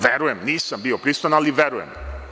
Verujem, nisam bio prisutan, ali verujem.